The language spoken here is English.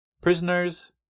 prisoners